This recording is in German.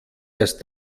erst